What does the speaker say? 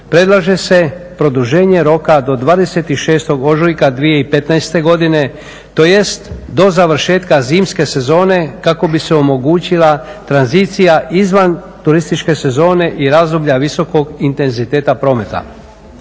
predlaže se produženje roka do 26. ožujka 2015. godine, tj. do završetka zimske sezone, kako bi se omogućila tranzicija izvan turističke sezone i razdoblja visokog intenziteta prometa.